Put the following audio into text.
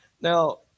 Now